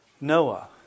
Noah